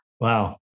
Wow